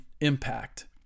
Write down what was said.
impact